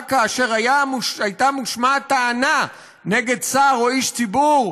כאשר רק הייתה מושמעת טענה נגד שר או איש ציבור,